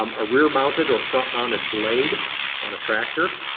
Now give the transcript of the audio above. um a rear mounted or front mounted blade on a tractor.